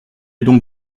donc